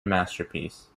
masterpiece